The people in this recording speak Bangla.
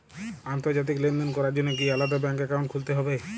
আন্তর্জাতিক লেনদেন করার জন্য কি আলাদা ব্যাংক অ্যাকাউন্ট খুলতে হবে?